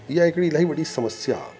इहा हिकिड़ी इलाही वॾी समस्या आहे